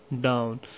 down